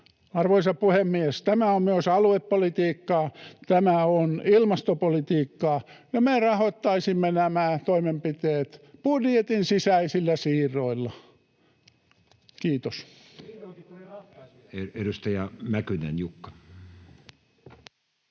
Arvoisa puhemies! Tämä on myös aluepolitiikkaa, tämä on ilmastopolitiikkaa, ja me rahoittaisimme nämä toimenpiteet budjetin sisäisillä siirroilla. — Kiitos.